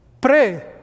pray